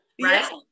Right